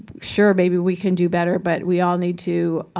sure, maybe we can do better, but we all need to